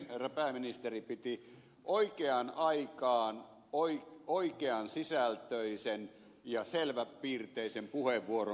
herra pääministeri piti oikeaan aikaan oikean sisältöisen ja selväpiirteisen puheenvuoron